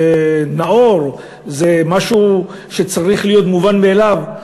זה נאור, זה משהו שצריך להיות מובן מאליו.